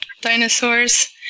dinosaurs